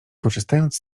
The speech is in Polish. korzystając